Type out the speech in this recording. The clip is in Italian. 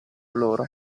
loro